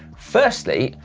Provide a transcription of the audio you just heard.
firstly,